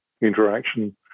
interaction